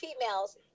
females